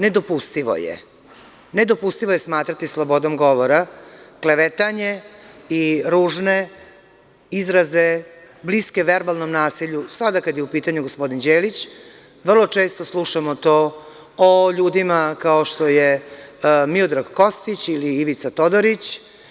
Nedopustivo je smatrati slobodom govora klevetanje i ružne izraze bliske verbalnom nasilju, ne samo sada kada je u pitanju gospodin Đelić, vrlo često slušamo to o ljudima kao što su Miodrag Kostić ili Ivica Todorić.